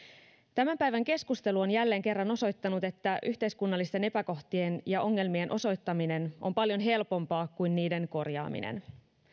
tämän päivän keskustelu on jälleen kerran osoittanut että yhteiskunnallisten epäkohtien ja ongelmien osoittaminen on paljon helpompaa kuin niiden korjaaminen